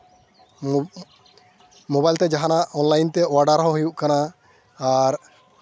mobile ᱛᱮ ᱡᱟᱦᱟᱱᱟᱜ online ᱛᱮ ᱚᱰᱟᱨ ᱦᱚᱸ ᱦᱩᱭᱩᱜ ᱠᱟᱱᱟ ᱟᱨ